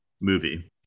movie